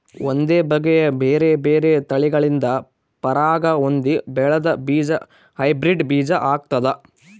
ಒಂದೇ ಬಗೆಯ ಬೇರೆ ಬೇರೆ ತಳಿಗಳಿಂದ ಪರಾಗ ಹೊಂದಿ ಬೆಳೆದ ಬೀಜ ಹೈಬ್ರಿಡ್ ಬೀಜ ಆಗ್ತಾದ